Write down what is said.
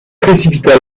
précipita